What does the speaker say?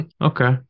okay